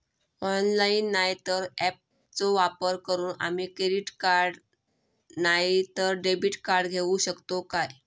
Online नाय तर ऍपचो वापर करून आम्ही क्रेडिट नाय तर डेबिट कार्ड घेऊ शकतो का?